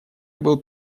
был